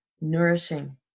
nourishing